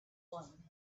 one